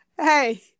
hey